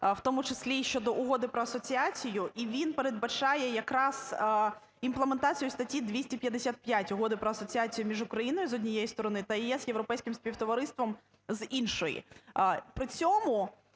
в тому числі щодо Угоди про асоціацію, і він передбачає якраз імплементацію статті 255 Угоди про асоціацію між Україною з однієї сторони та ЄС, європейським співтовариством, з іншої.